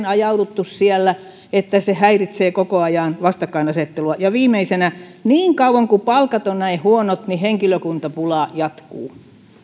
ajauduttu siellä että se aiheuttaa koko ajan vastakkainasettelua ja viimeisenä niin kauan kuin palkat ovat näin huonot henkilökuntapula jatkuu